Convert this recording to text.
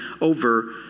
over